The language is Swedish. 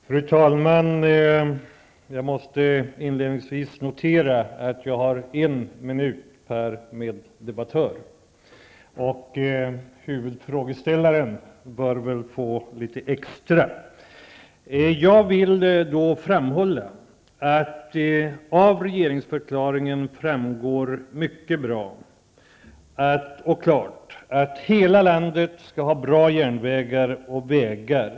Fru talman! Jag måste inledningsvis notera att jag har en minut per meddebattör. Huvudfrågeställaren bör väl få litet extra. Jag vill understryka att det av regeringsförklaringen framgår mycket klart att hela landet skall ha bra järnvägar och vägar.